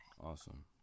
Awesome